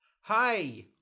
Hi